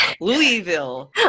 Louisville